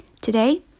Today